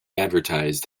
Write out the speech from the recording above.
advertised